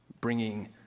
bringing